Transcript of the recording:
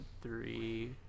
three